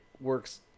works